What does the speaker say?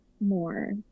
more